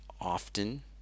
often